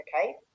okay